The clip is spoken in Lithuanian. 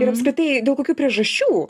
ir apskritai dėl kokių priežasčių